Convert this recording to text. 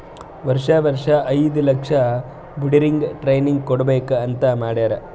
ವರ್ಷಾ ವರ್ಷಾ ಐಯ್ದ ಲಕ್ಷ ಬಡುರಿಗ್ ಟ್ರೈನಿಂಗ್ ಕೊಡ್ಬೇಕ್ ಅಂತ್ ಮಾಡ್ಯಾರ್